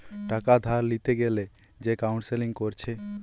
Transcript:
টাকা ধার লিতে গ্যালে যে কাউন্সেলিং কোরছে